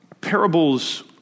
parables